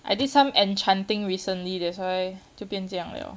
I did some enchanting recently that's why 就变这样 liao